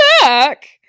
back